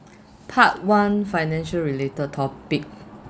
part one financial related topic